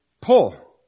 pull